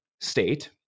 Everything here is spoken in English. state